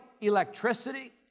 electricity